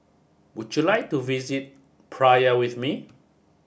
would you like to visit Praia with me